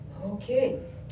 Okay